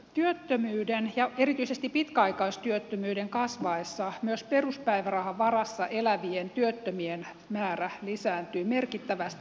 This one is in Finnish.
työttömyyden ja erityisesti pitkäaikaistyöttömyyden kasvaessa myös peruspäivärahan varassa elävien työttömien määrä lisääntyy merkittävästi